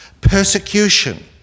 persecution